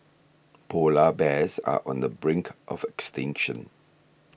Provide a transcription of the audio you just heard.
Polar Bears are on the brink of extinction